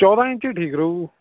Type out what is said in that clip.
ਚੌਦ੍ਹਾਂ ਇੰਚੀ ਠੀਕ ਰਹੂ